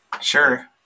sure